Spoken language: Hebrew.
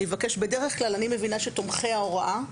אני מבינה שתומכי ההוראה,